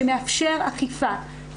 שמאפשר אכיפה,